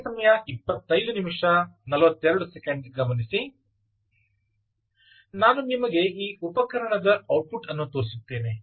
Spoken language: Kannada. ನಾನು ನಿಮಗೆ ಈ ಉಪಕರಣದ ಔಟ್ಪುಟ್ ಅನ್ನು ತೋರಿಸುತ್ತೇನೆ